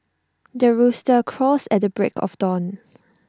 the rooster crows at the break of dawn